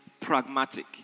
pragmatic